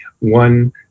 one